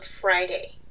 Friday